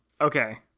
Okay